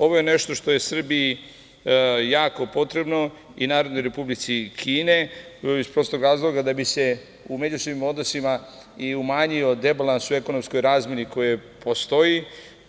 Ovo je nešto što je Srbiji jako potrebno i Narodnoj Republici Kini, iz prostog razloga da bi se u međusobnim odnosima i umanjio debalans u ekonomskoj razmeni koja postoji,